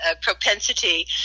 propensity